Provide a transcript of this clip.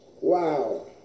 wow